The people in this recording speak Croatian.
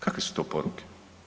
Kakve su to poruke?